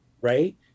right